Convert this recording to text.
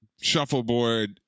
shuffleboard